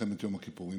למלחמת יום הכיפורים.